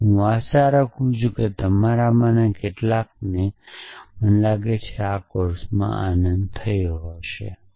અને હું આશા રાખું છું કે તમારામાંના કેટલાકને મને લાગે છે આ કોર્સમાં આનંદ થયો હશે